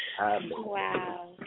Wow